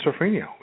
schizophrenia